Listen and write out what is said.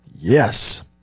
Yes